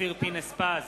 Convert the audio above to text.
אופיר פינס-פז,